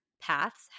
paths